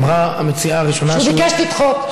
אמרה המציעה הראשונה, שהוא ביקש לדחות.